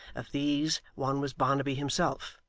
of these, one was barnaby himself,